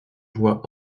voix